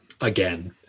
again